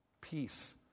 Peace